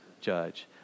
judge